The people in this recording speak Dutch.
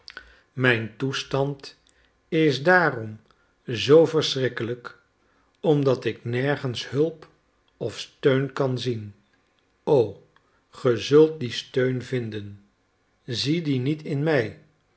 mijn toestand is daarom zoo verschrikkelijk omdat ik nergens hulp of steun kan zien o ge zult dien steun vinden zie dien niet in mij